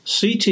CT